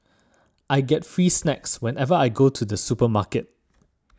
I get free snacks whenever I go to the supermarket